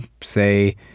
say